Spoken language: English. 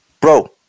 Bro